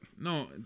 No